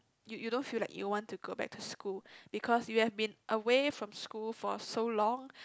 you you don't feel like you want to go back to school because you have been away from school for so long